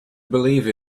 believe